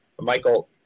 Michael